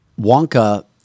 wonka